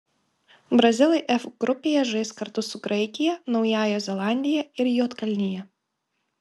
brazilai f grupėje žais kartu su graikija naująja zelandija ir juodkalnija